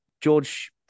george